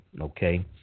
okay